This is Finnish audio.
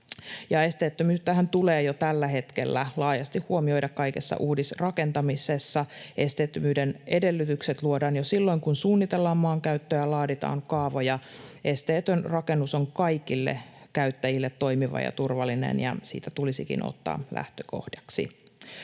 esteettömyyttähän tulee jo tällä hetkellä laajasti huomioida kaikessa uudisrakentamisessa. Esteettömyyden edellytykset luodaan jo silloin, kun suunnitellaan maankäyttöä ja laaditaan kaavoja. Esteetön rakennus on kaikille käyttäjille toimiva ja turvallinen, ja se tulisikin ottaa lähtökohdaksi.